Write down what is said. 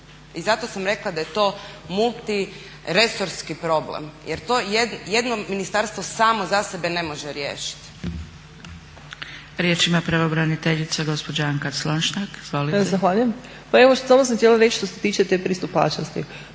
I zato sam rekla da je to multiresorski problem jer to jedno ministarstvo samo za sebe ne može riješiti. **Zgrebec, Dragica (SDP)** Riječ ima pravobraniteljica gospođa Anka Slonjšak. **Slonjšak, Anka** Zahvaljujem. Pa evo ovo sam htjela reći što se tiče te pristupačnosti.